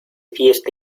fiesta